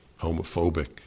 homophobic